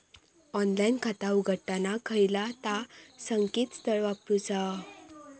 Online खाता उघडताना खयला ता संकेतस्थळ वापरूचा?